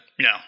No